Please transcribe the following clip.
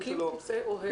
נכון,